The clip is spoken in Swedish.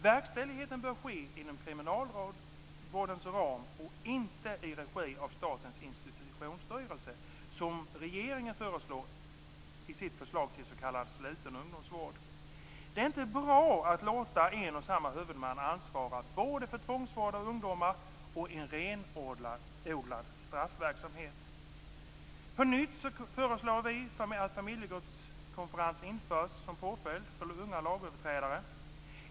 Verkställigheten bör ske inom kriminalvårdens ram och inte i regi av Statens institutionsstyrelse som regeringen föreslår i sitt förslag till s.k. sluten ungdomsvård. Det är inte bra att låta en och samma huvudman ansvara för både tvångsvård av ungdomar och renodlad straffverksamhet. På nytt föreslår vi att familjegruppskonferens införs som påföljd för unga lagöverträdare.